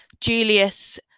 Julius